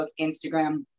Instagram